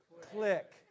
Click